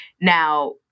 Now